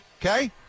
okay